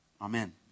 amen